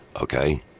okay